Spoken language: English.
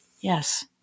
Yes